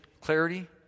clarity